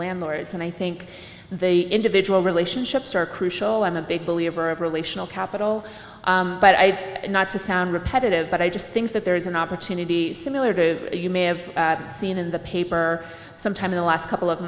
landlords and i think they individual relationships are crucial i'm a big believer of relational capital but i not to sound repetitive but i just think that there is an opportunity similar to you may have seen in the paper sometime in the last couple of